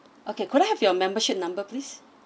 okay could I have your membership number please